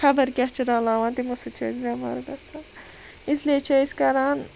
خَبَر کیاہ چھِ رَلاوان تِمَو سۭتۍ چھِ أسۍ بیٚمار گَژھان اِسلیے چھِ أسۍ کَران